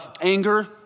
anger